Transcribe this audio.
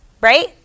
right